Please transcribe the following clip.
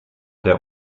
der